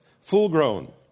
full-grown